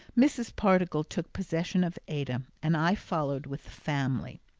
mrs. pardiggle took possession of ada, and i followed with the family.